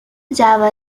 java